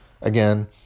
again